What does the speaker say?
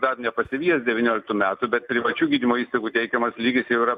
dar nepasivijęs devynioliktų metų bet privačių gydymo įstaigų teikiamas lygis jau yra